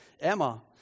Emma